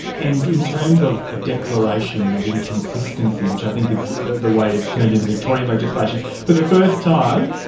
and in terms of a declaration of inconsistency, which i think is the the way it's termed in the victorian legislation, for but the first time,